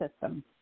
system